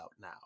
now